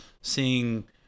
seeing